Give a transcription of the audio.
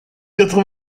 quatre